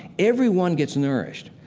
every one gets nourished.